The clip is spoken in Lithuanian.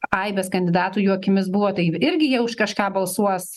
aibės kandidatų jų akimis buvo tai irgi jie už kažką balsuos